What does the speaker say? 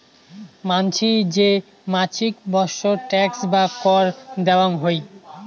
মানসি যে মাছিক বৎসর ট্যাক্স বা কর দেয়াং হই